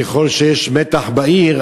ככל שיש מתח בעיר,